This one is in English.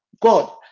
God